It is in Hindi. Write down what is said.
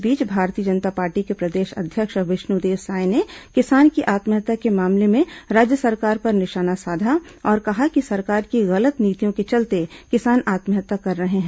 इस बीच भारतीय जनता पार्टी के प्रदेश अध्यक्ष विष्णुदेव साय ने किसान की आत्महत्या के मामले में राज्य सरकार पर निशाना साधा और कहा कि सरकार की गलत नीतियों के चलते किसान आत्महत्या कर रहे हैं